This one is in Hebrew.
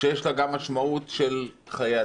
שיש לה גם משמעות של חיי אדם.